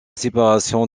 séparation